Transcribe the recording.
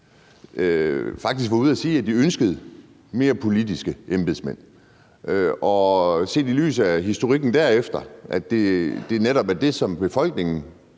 faktisk var ude at sige, at de ønskede mere politiske embedsmænd, og – set i lyset af historikken derefter – at det netop er det, som befolkningen